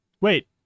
Wait